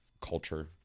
culture